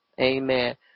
Amen